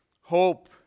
hope